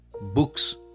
books